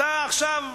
אתה עכשיו,